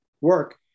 work